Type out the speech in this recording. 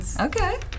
Okay